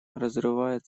разрывает